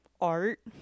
art